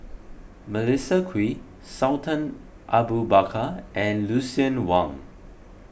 Melissa Kwee Sultan Abu Bakar and Lucien Wang